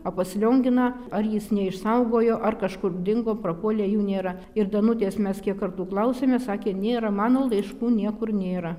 o pas lionginą ar jis neišsaugojo ar kažkur dingo prapuolė jų nėra ir danutės mes kiek kartų klausėme sakė nėra mano laiškų niekur nėra